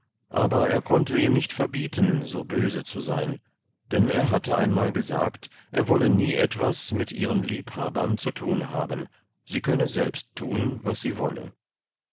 aber er konnte ihr nicht verbieten so böse zu sein denn er hatte einmal gesagt er wolle nie etwas mit ihren liebhabern zu thun haben sie könne selbst thun was sie wolle